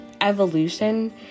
evolution